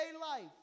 life